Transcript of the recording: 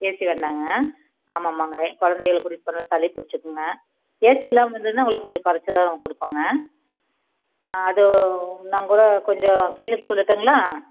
AC வேண்டாங்க ஆமாமாங்க குழந்தைங்கள கூட்டிகிட்டு போனால் சளி புடிச்சுக்குங்க ஏசி இல்லாமல் இருந்ததுன்னா உங்களுக்கு கொஞ்சம் குறச்சிதான் கொடுப்போங்க அது இன்னம்கூட கொஞ்சம் கேட்டுவிட்டு சொல்லட்டுங்களா